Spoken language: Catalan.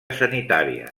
sanitària